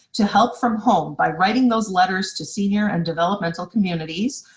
to help from home by writing those letters to senior and developmental communities.